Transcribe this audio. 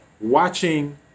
watching